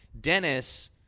Dennis